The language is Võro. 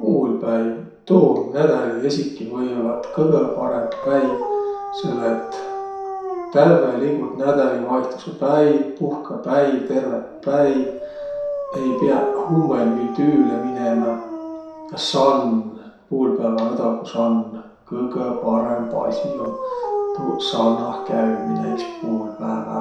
Puulpäiv, tuu um nädäli esiki või-ollaq et kõgõ parõmb päiv, selle et tävveligult nädälivaihtusõ päiv, puhkõpäiv terveq päiv, ei piäq hummõn viil tüüle minemä. Ja sann, puulpääväõdagu sann. Kõgõ parõmb asi um ituu sannahkäümine iks puulpäävä.